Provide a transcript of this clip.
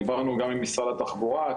דיברנו גם עם משרד התחבורה,